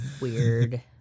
weird